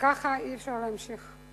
ככה אי-אפשר להמשיך.